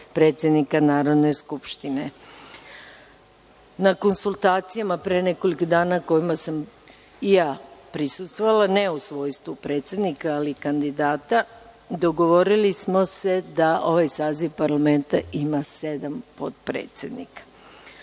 predsednika Narodne skupštine. Na konsultacijama pre nekoliko dana kojima sa i ja prisustvovala, ne u svojstvu predsednika, ali kandidata, dogovorili smo se da ovaj saziv parlamenta ima sedam potpredsednika.